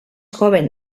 joven